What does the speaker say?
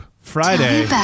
friday